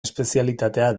espezialitatea